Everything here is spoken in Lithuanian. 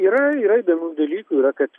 yra yra įdomių dalykų yra kad